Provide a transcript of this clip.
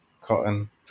cotton